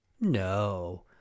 No